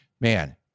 man